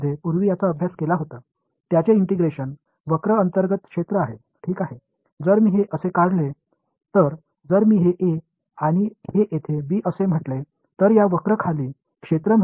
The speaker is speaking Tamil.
எனவே உயர்நிலைப் பள்ளியில் நீங்கள் முன்பு படித்த ரைமான் ஒருங்கிணைப்பின் யோசனை அனைவருக்கும் உள்ளுணர்வாக தெரியும் அதன் ஒருங்கிணைப்பு வளைவின் கீழ் உள்ளது